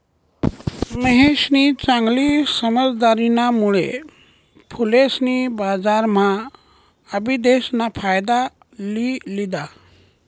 महेशनी चांगली समझदारीना मुळे फुलेसनी बजारम्हा आबिदेस ना फायदा लि लिदा